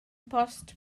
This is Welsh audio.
post